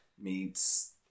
meets